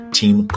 team